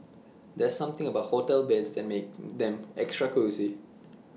there's something about hotel beds that makes them extra cosy